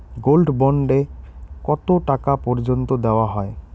Gold bond এ কতো টাকা পর্যন্ত দেওয়া হয়?